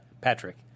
Patrick